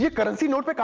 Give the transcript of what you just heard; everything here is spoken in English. yeah currency notes?